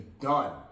done